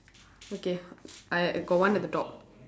okay I I got one at the top